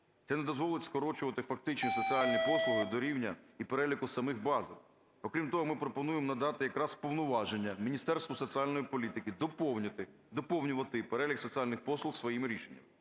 Це не дозволить скорочувати фактично соціальні послуги до рівня і переліку самих базових. Окрім того, ми пропонуємо надати якраз повноваження Міністерству соціальної політики доповнювати перелік соціальних послуг своїми рішеннями.